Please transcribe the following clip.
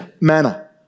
manner